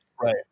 Right